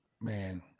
Man